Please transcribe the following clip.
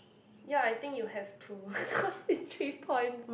ya I think you have to cause it's three points